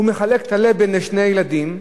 הוא מחלק את הלבן לשני ילדים,